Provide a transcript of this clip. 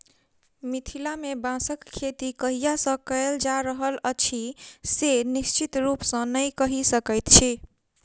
मिथिला मे बाँसक खेती कहिया सॅ कयल जा रहल अछि से निश्चित रूपसॅ नै कहि सकैत छी